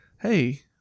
Hey